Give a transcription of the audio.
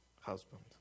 husband